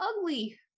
ugly